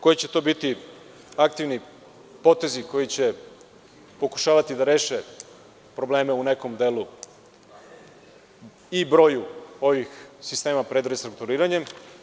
Koji će to biti aktivni potezi koji će pokušavati da reše probleme u nekom delu i broju ovih sistema pred restrukturiranjem?